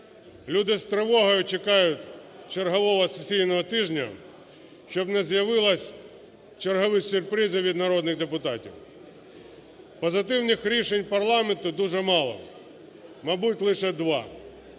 Люди з тривогою чекають чергового сесійного тижня, щоб не з'явились чергові сюрпризи від народних депутатів. Позитивних рішень парламенту дуже мало, мабуть, лише два: